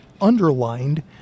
underlined